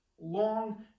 long